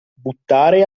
buttare